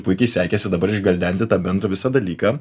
puikiai sekėsi dabar išgvildenti tą bendrą visą dalyką